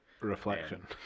reflection